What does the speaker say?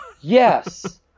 Yes